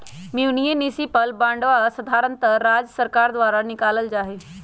municipal बांडवा साधारणतः राज्य सर्कार द्वारा निकाल्ल जाहई